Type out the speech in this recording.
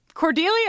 Cordelia